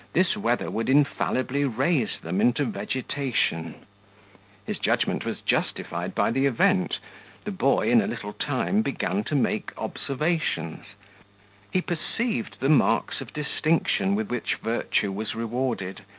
this weather would infallibly raise them into vegetation his judgment was justified by the event the boy in a little time began to make observations he perceived the marks of distinction with which virtue was rewarded,